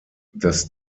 das